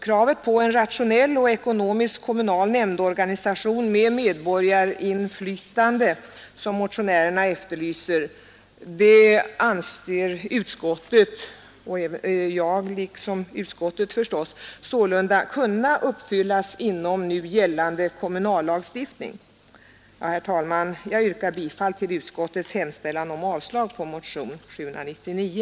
Kravet på en rationell och ekonomisk kommunal nämndorganisation med medborgarinflytande, som motionärerna efterlyser, anser därför utskottet — liksom givetvis också jag själv kunna uppfyllas inom nu gällande kommunallagstiftning. Herr talman! Jag yrkar bifall till utskottets hemställan om avslag på motionen 799.